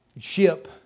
ship